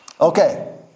Okay